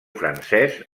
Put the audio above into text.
francès